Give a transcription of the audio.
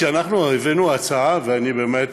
כשאנחנו הבאנו הצעה, ואני באמת